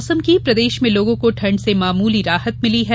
मौसम प्रदेश में लोगों को ठंड से मामूली राहत मिली है